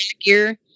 gear